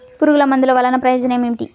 పురుగుల మందుల వల్ల ప్రయోజనం ఏమిటీ?